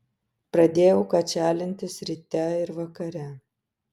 pradėjau kačialintis ryte ir vakare